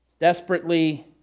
Desperately